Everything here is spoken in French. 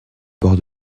bord